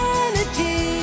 energy